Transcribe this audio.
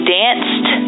danced